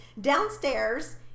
downstairs